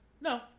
No